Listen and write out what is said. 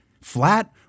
Flat